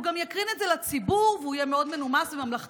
והוא גם יקרין את זה לציבור והוא יהיה מאוד מנומס וממלכתי,